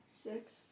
Six